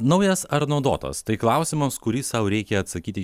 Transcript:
naujas ar naudotas tai klausimas kurį sau reikia atsakyti